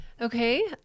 Okay